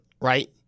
Right